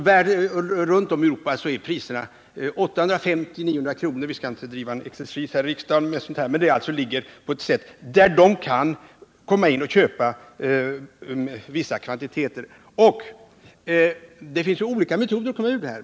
Runt om i Europa ligger priserna mellan 850 och 900 kr. Vi skall inte bedriva någon sifferexercis om detta här i riksdagen, men jag vill framhålla att priserna alltså är sådana att man kan gå in och köpa vissa kvantiteter på spot-marknaden. Det finns också olika metoder för detta.